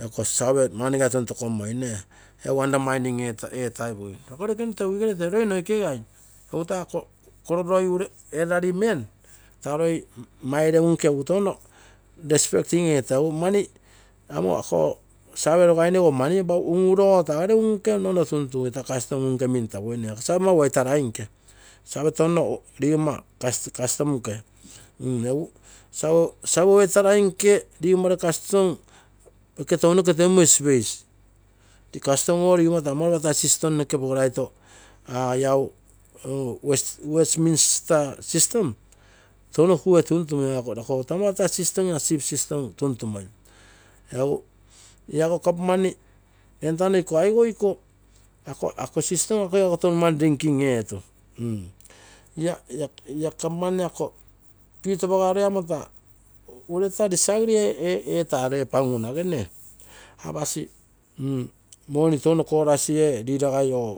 Ako save man tontokommoi egu undermining etogigui. Iko loikene tee wigere tee loi noikei gai egu taa akoro elderly man taa touno respecting etagui: apo ako save opainego mani un urogo taagere un nke level tuntugui. taa custom un nke mintagui. save mau white lai nke, touno rigommo custom, save white lai nke space tounoke. Custom ogo rigomma taa mau taa system noke pogoraito lau west system touno kuuge tuntumo akogo taa iopa ta system la chief system oo kuuge tuntumoi egu lago government iko aigou liko aigou iko ako system igako ton mani linking eetu, ia government ako pitu apasoroi ureita disagree etaro panguna see, apasi money touno korasi ee leader goi or